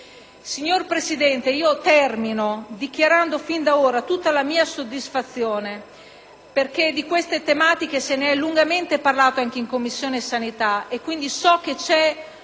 Signora Presidente, termino il mio intervento dichiarando fin da ora tutta la mia soddisfazione perché di queste tematiche si è lungamente parlato anche in Commissione sanità e, quindi, so che c'è unanime